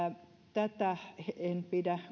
tätä en pidä